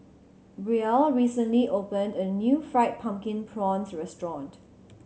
Brielle recently opened a new Fried Pumpkin Prawns restaurant